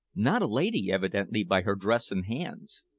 not a lady, evidently, by her dress and hands.